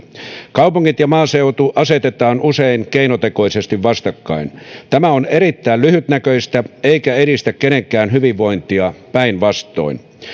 kaupungit ja maaseutu asetetaan usein keinotekoisesti vastakkain tämä on erittäin lyhytnäköistä eikä edistä kenenkään hyvinvointia päinvastoin